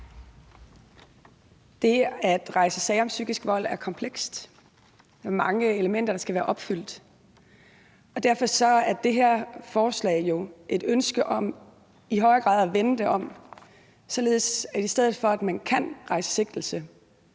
Det at rejse sager om psykisk vold er komplekst. Mange af elementerne skal være opfyldt. Derfor er det her forslag jo et ønske om i højere grad at vende det om, således at i stedet for, at man kan rejse sigtelse,